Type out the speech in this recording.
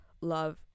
love